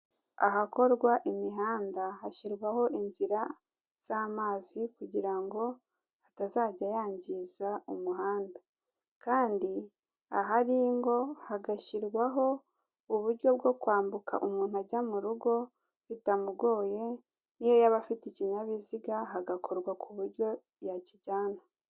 Ahakorwa imihanda hashyirwaho inzira z'amazi kugira ngo atazajya yangiza umuhanda, kandi ahari ingo hagashyirwaho uburyo bwo kwambuka umuntu ajya mu rugo bitamugoye, n'iyo yaba abafite ikinyabiziga hagakorwa ku buryo yakijyana.